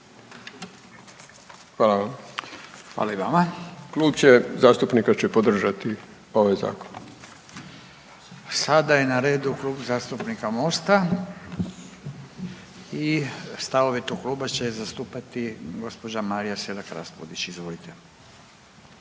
Hvala i vama. .../Upadica: Klub će, zastupnika će podržati ovaj Zakon./... Sada je na redu Kluba zastupnika Mosta i stavove tog kluba će zastupati gđa. Marija Selak Raspudić, izvolite.